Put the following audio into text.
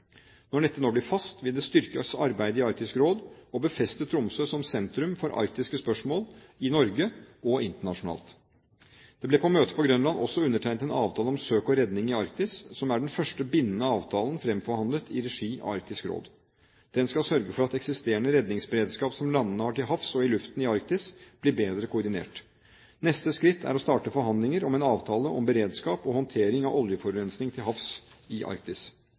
Når dette nå blir fast, vil det styrke arbeidet i Arktisk Råd og befeste Tromsø som sentrum for arktiske spørsmål – i Norge og internasjonalt. Det ble på møtet på Grønland også undertegnet en avtale om søk og redning i Arktis, som er den første bindende avtalen fremforhandlet i regi av Arktisk Råd. Den skal sørge for at eksisterende redningsberedskap som landene har til havs og i luften i Arktis, blir bedre koordinert. Neste skritt er å starte forhandlinger om en avtale om beredskap og håndtering av oljeforurensning til havs i Arktis.